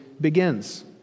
begins